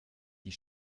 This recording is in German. die